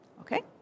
Okay